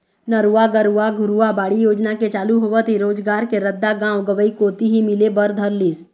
नरूवा, गरूवा, घुरूवा, बाड़ी योजना के चालू होवत ही रोजगार के रद्दा गाँव गंवई कोती ही मिले बर धर लिस